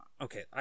okay